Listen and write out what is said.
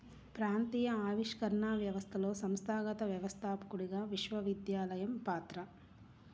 ప్రాంతీయ ఆవిష్కరణ వ్యవస్థలో సంస్థాగత వ్యవస్థాపకుడిగా విశ్వవిద్యాలయం పాత్ర